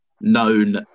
known